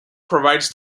provides